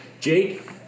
Jake